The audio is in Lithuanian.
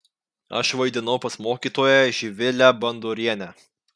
aš vaidinau pas mokytoją živilę bandorienę